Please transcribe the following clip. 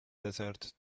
desert